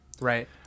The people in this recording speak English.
Right